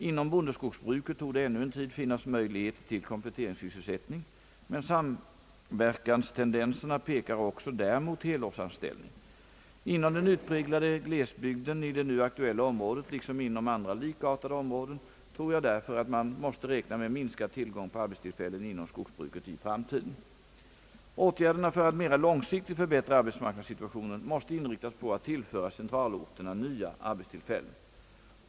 Inom bondeskogsbruket torde ännu en tid finnas möjligheter till kompletteringssysselsättning, men samverkkanstendenserna pekar också där mot helårsanställning. Inom den utpräglade glesbygden i det nu aktuella området liksom inom andra likartade områden tror jag därför att man måste räkna med minskad tillgång på arbetstillfällen inom skogsbruket i framtiden. Åtgärderna för att mera långsiktigt förbättra arbetsmarknadssituationen måste inriktas på att tillföra centralorterna nya arbetstillfällen.